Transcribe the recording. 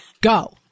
go